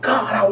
God